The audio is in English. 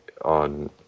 on